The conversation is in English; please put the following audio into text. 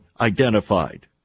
identified